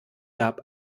gab